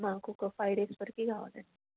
మాకు ఒక five days వరకు కావాలండి